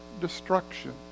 destruction